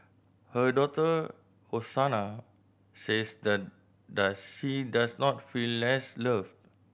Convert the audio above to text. her daughter Hosanna says the does she dose not feel less loved